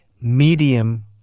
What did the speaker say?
medium